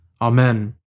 Amen